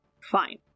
Fine